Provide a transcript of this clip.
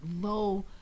low